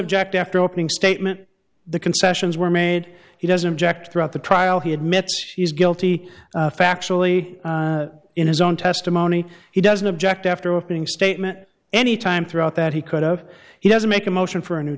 object after opening statement the concessions were made he doesn't jack throughout the trial he admits he's guilty factually in his own testimony he doesn't object after opening statement any time throughout that he could have he doesn't make a motion for a new